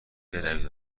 بروید